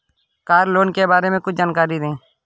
Car loan के बारे में कुछ जानकारी दें?